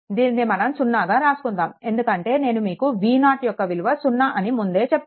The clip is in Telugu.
దీనిని మనం 0 గా రాసుకుందాము ఎందుకంటే నేను మీకు V0 యొక్క విలువ సున్నా అని ముందే చెప్పాను